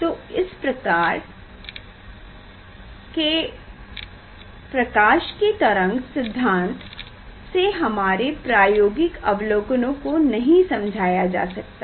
तो इस तरह प्रकाश के तरंग सिद्धांत से हमारे प्रायोगिक अवलोकनों को नहीं समझाया जा सका